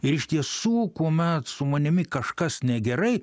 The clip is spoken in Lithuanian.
ir iš tiesų kuomet su manimi kažkas negerai